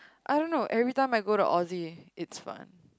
I don't know every time I go to Aussie it's fun